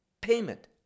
payment